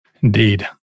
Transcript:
Indeed